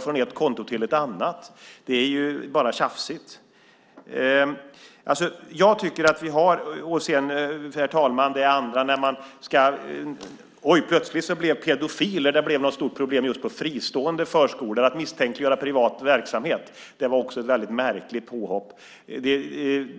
från ett konto till ett annat är ju bara tjafsigt. Herr talman! Plötsligt blev pedofiler ett stort problem just på fristående förskolor. Att misstänkliggöra privat verksamhet var också ett märkligt påhopp.